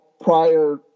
prior